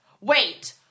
Wait